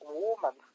woman